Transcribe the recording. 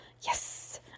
Yes